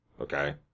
Okay